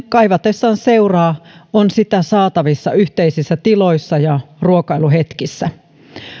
kaivatessa seuraa on sitä saatavissa yhteisissä tiloissa ja ruokailuhetkissä